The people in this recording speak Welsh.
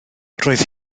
roedd